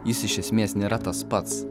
jis iš esmės nėra tas pats